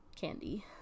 candy